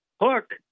hook